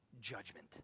judgment